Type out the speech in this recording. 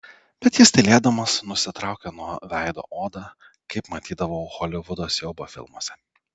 bet jis tylėdamas nusitraukė nuo veido odą kaip matydavau holivudo siaubo filmuose